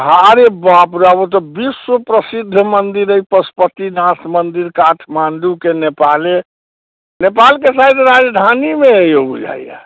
हाँ अरे बाप रे बाप ओ तऽ विश्व प्रसिद्ध मन्दिर अइ पशुपतिनाथ मन्दिर तऽ काठमाण्डूके नेपाले नेपालके शायद राजधानीमे अइ यौ बुझाइया